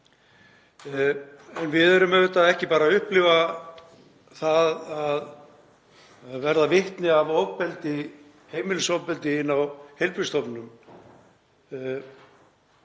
Við erum auðvitað ekki bara að upplifa það að verða vitni að heimilisofbeldi inni á heilbrigðisstofnunum,